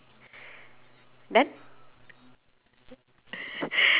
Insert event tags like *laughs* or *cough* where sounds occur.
done *laughs*